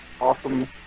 awesome